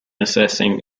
assessing